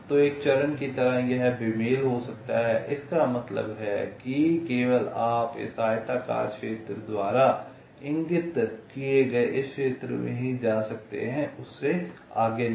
तो एक चरण की तरह यह बेमेल हो सकता है इसका मतलब है कि केवल आप इस आयताकार क्षेत्र द्वारा इंगित किए गए इस क्षेत्र में ही जा सकते हैं उससे आगे नहीं